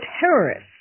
terrorists